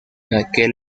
aquel